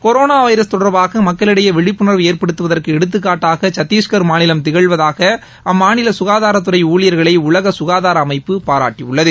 corona virus தொடர்பாக மக்களிடையே விழிப்புணர்வை ஏற்படுத்துவதற்கு எடுத்துக்காட்டாக சத்திஷ்கள் மாநிலம் திகழ்வதாக அம்மாநில சுகாதாரத்துறை ஊழியர்களை உலக சுகாதார அமைப்பு பாராட்டியுள்ளது